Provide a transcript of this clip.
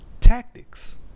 tactics